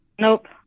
Nope